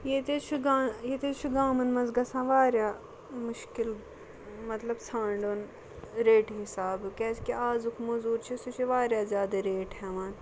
ییٚتہِ حظ چھِ گا ییٚتہِ حظ چھِ گامَن منٛز گژھان واریاہ مُشکِل مطلب ژھانٛڈُن ریٹہِ حِسابہٕ کیٛازِکہِ اَزُک موٚزوٗر چھُ سُہ چھِ واریاہ زیادٕ ریٹ ہٮ۪وان